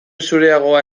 zureagoa